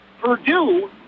Purdue